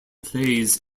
plays